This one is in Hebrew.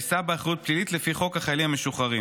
יישא באחריות פלילית לפי חוק החיילים המשוחררים.